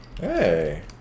hey